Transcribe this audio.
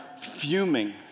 fuming